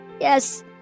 Yes